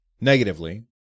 negatively